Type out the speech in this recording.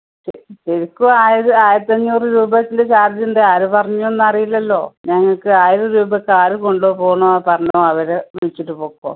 എനിക്കും ആയിരം ആയിരത്തഞ്ഞൂറ് രൂപേൻ്റെ ചാർജുണ്ട് ആര് പറഞ്ഞൂന്നറീല്ലല്ലോ ഞങ്ങൾക്ക് ആയിരം രൂപക്കാര് കൊണ്ട് പോന്നോ പറഞ്ഞോ അവരെ വിളിച്ചിട്ട് പോക്കോളു